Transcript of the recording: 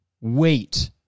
Wait